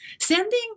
Sending